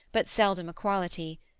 but seldom equality,